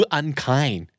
unkind